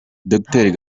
docteur